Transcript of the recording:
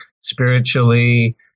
spiritually